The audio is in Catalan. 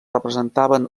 representaven